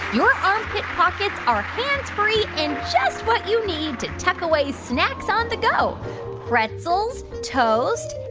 your armpit pockets are hands-free and just what you need to tuck away snacks on the go pretzels, toast,